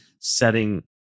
setting